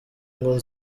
ngo